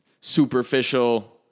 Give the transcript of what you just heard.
superficial